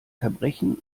verbrechen